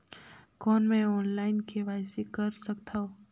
कौन मैं online KYC कर सकथव?